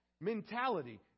mentality